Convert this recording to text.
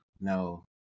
No